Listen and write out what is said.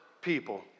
people